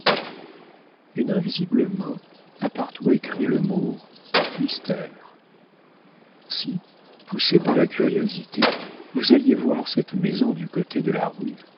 une invisible main a partout écrit le mot mystère si poussé par la curiosité vous alliez voir cette maison du côté de la rue